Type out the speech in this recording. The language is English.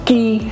Key